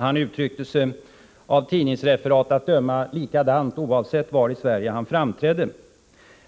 Han uttryckte sig av tidningsreferat att döma likadant oavsett var i Sverige han framträdde: